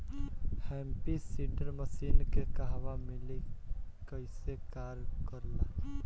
Happy seeder machine के कहवा मिली कैसे कार कर ला?